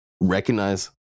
recognize